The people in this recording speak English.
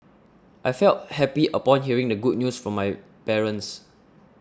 I felt happy upon hearing the good news from my parents